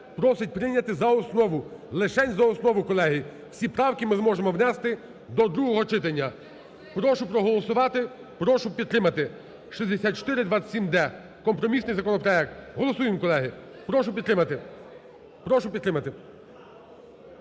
просить прийняти за основу, лишень за основу, колеги. Всі правки ми зможемо внести до другого читання. Прошу проголосувати, прошу підтримати 6427-д, компромісний законопроект. Голосуємо, колеги. Прошу підтримати.